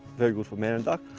very good for male duck.